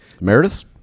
Meredith